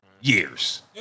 years